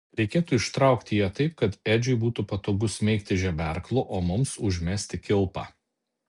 reikėtų ištraukti ją taip kad edžiui būtų patogu smeigti žeberklu o mums užmesti kilpą